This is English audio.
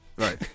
right